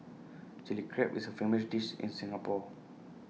Chilli Crab is A famous dish in Singapore